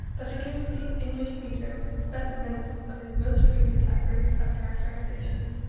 but to give the english reader specimens of his most recent effort at characterisation.